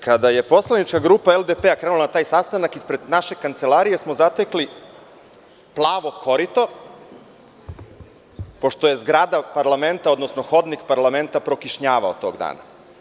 Kada je poslanička grupa LDP-a krenula na taj sastanak ispred naše kancelarije smo zatekli plavo korito pošto je zgrada parlamenta, odnosno hodnik parlamenta prokišnjavao tog dana.